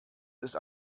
ist